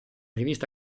rivista